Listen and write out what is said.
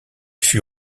fut